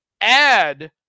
add